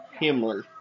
Himmler